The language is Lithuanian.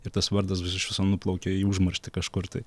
ir tas vardas iš viso nuplaukė į užmarštį kažkur tai